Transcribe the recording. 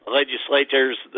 legislators